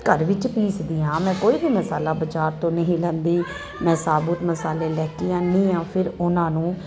ਘਰ ਵਿੱਚ ਪੀਸਦੀ ਹਾਂ ਮੈਂ ਕੋਈ ਵੀ ਮਿਸਾਲਾਂ ਬਾਜ਼ਾਰ ਤੋਂ ਨਹੀਂ ਲੈਂਦੀ ਮੈਂ ਸਾਬੂਤ ਮਸਾਲੇ ਲੈ ਕੇ ਆਉਂਦੀ ਹਾਂ ਫਿਰ ਉਹਨਾਂ ਨੂੰ